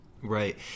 Right